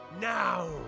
Now